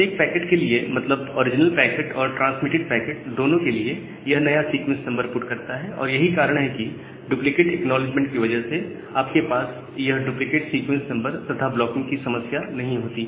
प्रत्येक पैकेट के लिए मतलब ओरिजिनल पैकेट और रिट्रांसमिटेड पैकेट दोनों के लिए यह नया सीक्वेंस नंबर पुट करता है और यही कारण है कि डुप्लीकेट एक्नॉलेजमेंट की वजह से आप के पास यह डुप्लीकेट सीक्वेंस नंबर तथा ब्लॉकिंग की समस्या नहीं होती